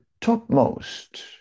topmost